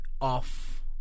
off